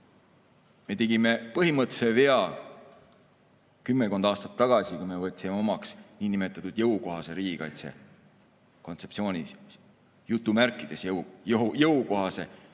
Me tegime põhimõttelise vea kümmekond aastat tagasi, kui võtsime omaks niinimetatud jõukohase riigikaitse kontseptsiooni – jutumärkides jõukohase – ja